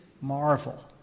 marvel